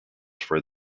for